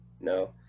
No